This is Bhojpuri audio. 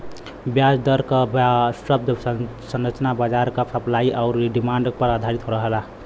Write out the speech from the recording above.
ब्याज दर क शब्द संरचना बाजार क सप्लाई आउर डिमांड पर आधारित रहला